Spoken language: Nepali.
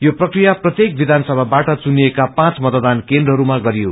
यो प्रक्रिया प्रत्येक विधानसमाबाट चुनिएका पाँच मतदान केन्द्रहरूमा गरियो